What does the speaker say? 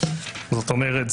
זאת אומרת,